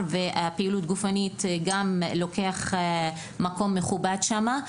ולפעילות הגופנית יש גם מקום מכובד שם.